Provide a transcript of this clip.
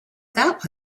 that